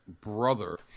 brother